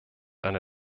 eine